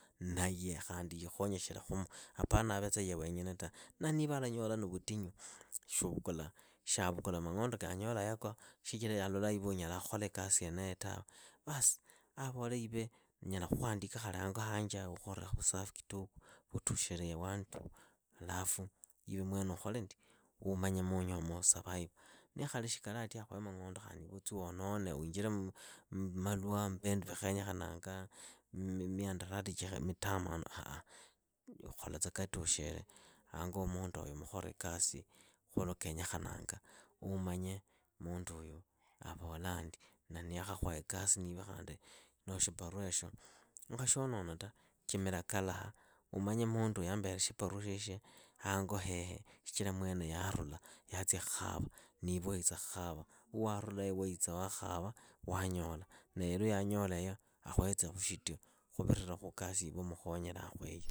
Naye khandi yiikhonyekhelekhumu. Apana avetsa ye wonyene ta. Na niva alolaa ni vutinyu shuuvukula shyavukula mang'ondo kaanyolaa yako shuchira ye alolaa iwe unyala khola ikasi yeneyo tawe, vas avole iwe nyala khuhandika khali hango hanjeaha ukhorekhu vufafi kidogo, vatushire one two. alafu iwe mwene ukhole ndi umanye munyoo muusavaiva. Niikhali shikali ati akhuhe mang'ondo khandi iwe utsi woonone winjire mmalwa. mmbindu vikhenyekhananga. mmihadarati mutamanu ah. Iwe kholatsa katushire, hango ha munduoyo mukhore ikasi khuli lwa kenyekhananga, khuumanye munduuyu avolandi. Na niyaakhakhuha ikasi niwe khandi noo shiparuaesho, ukhashionona ta. chimira kalaha, umanye munduyu ambere shiparua shyeshye. hango hehe shichira mwene yaarula yatsia khava niiwe waitsa khava. Khuwaarulayo waitsa waakhava, wanyola. Naye lwa yanyolayo akhuhetsekhu shiti khuvirira khu ikasi yiiwe umukhonyekherakhueyo.